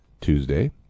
Tuesday